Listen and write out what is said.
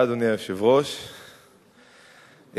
אדוני היושב-ראש,